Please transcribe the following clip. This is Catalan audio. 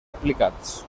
aplicats